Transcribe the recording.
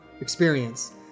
experience